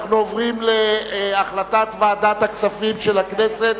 אנו עוברים להחלטת ועדת הכספים של הכנסת,